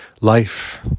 life